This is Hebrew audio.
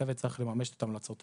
הצוות צריך לממש את המלצותיו.